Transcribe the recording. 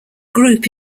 group